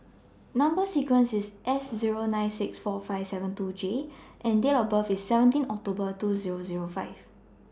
Number sequence IS S Zero nine six four five seven two J and Date of birth IS seventeen October two Zero Zero five